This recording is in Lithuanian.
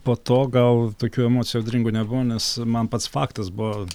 po to gal tokių emocijų audringų nebuvo nes man pats faktas buvo